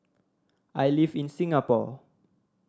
I live in Singapore